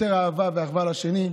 יותר אהבה ואחווה לשני.